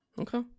Okay